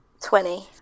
twenty